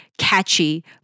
catchy